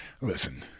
Listen